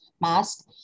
mask